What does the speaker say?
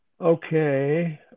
Okay